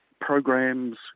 programs